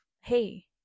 hey